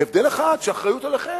בהבדל אחד, שהאחריות עליכם,